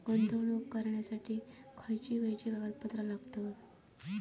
गुंतवणूक करण्यासाठी खयची खयची कागदपत्रा लागतात?